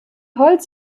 holz